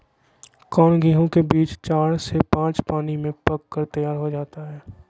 कौन गेंहू के बीज चार से पाँच पानी में पक कर तैयार हो जा हाय?